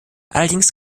allerdings